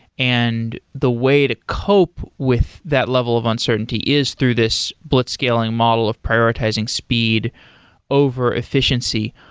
and the way to cope with that level of uncertainty is through this blitzscaling model of prioritizing speed over efficiency.